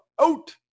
out